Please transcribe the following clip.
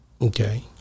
Okay